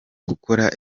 gukora